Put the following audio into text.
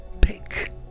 pick